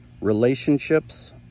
relationships